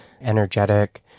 energetic